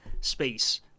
space